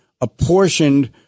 apportioned